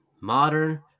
modern